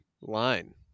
line